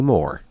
More